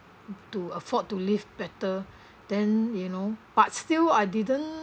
to afford to live better then you know but still I didn't